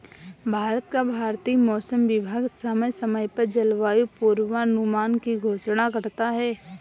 भारत का भारतीय मौसम विभाग समय समय पर जलवायु पूर्वानुमान की घोषणा करता है